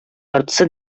яртысы